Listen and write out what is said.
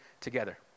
together